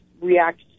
react